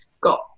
got